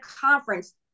conference